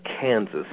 Kansas